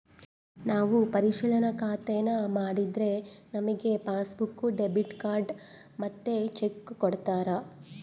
ನಾವು ಪರಿಶಿಲನಾ ಖಾತೇನಾ ಮಾಡಿದ್ರೆ ನಮಿಗೆ ಪಾಸ್ಬುಕ್ಕು, ಡೆಬಿಟ್ ಕಾರ್ಡ್ ಮತ್ತೆ ಚೆಕ್ಕು ಕೊಡ್ತಾರ